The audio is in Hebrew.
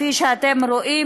כפי שאתם רואים,